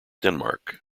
denmark